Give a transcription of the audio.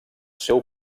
seu